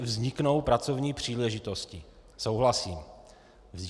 Vzniknou pracovní příležitosti souhlasím.